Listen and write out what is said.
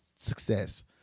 success